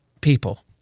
people